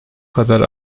kadar